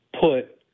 put